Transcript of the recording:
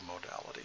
modality